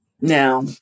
Now